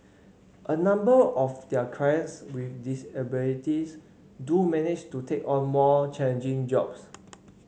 a number of their clients with disabilities do manage to take on more challenging jobs